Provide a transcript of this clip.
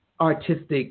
artistic